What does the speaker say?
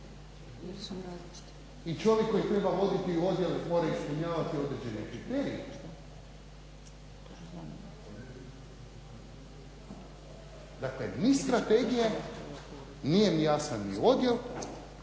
čovjek koji treba voditi odjel koji mora ispunjavati određeni kriterij. Dakle niz strategija, nije mi jasan ni odjel,